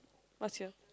what's your